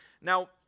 Now